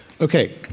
Okay